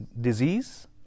Disease